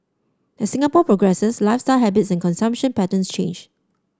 as Singapore progresses lifestyle habits and consumption pattern change